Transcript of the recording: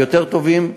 היותר-טובים.